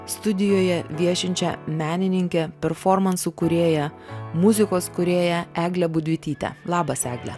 studijoje viešinčią menininkę performansų kūrėją muzikos kūrėją eglę budvytytę labas egle